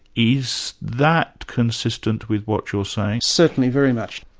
is that consistent with what you're saying? certainly, very much.